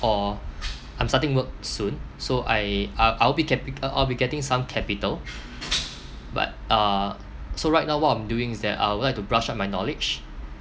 or I'm starting work soon so I I I'll be capi~ uh I'll be getting some capital but uh so right now what I'm doing is that I would like to brush up my knowledge